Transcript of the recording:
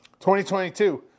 2022